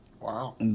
Wow